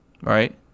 right